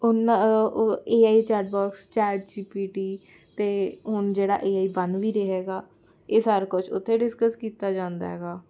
ਉਹਨਾਂ AI chat bots chat GPT ਅਤੇ ਹੁਣ ਜਿਹੜਾ ਏਆਈ ਬਣ ਵੀ ਰਿਹਾ ਹੈਗਾ ਇਹ ਸਾਰਾ ਕੁਝ ਉੱਥੇ ਡਿਸਕਸ ਕੀਤਾ ਜਾਂਦਾ ਹੈਗਾ